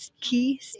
key